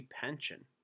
pension